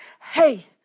hey